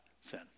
sin